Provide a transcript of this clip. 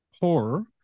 horror